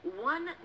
one